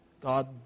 God